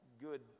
good